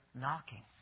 knocking